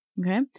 Okay